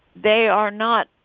they are not.